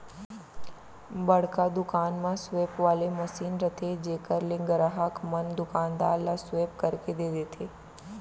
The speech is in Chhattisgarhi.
बड़का दुकान म स्वेप वाले मसीन रथे जेकर ले गराहक मन दुकानदार ल स्वेप करके दे देथे